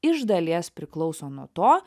iš dalies priklauso nuo to